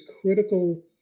critical